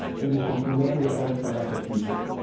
and you can command your own financial future.